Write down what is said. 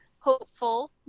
hopeful